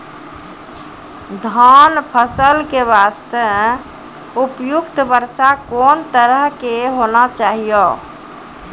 धान फसल के बास्ते उपयुक्त वर्षा कोन तरह के होना चाहियो?